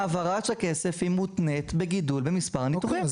העברת הכסף מותנית בגידול במספר הניתוחים.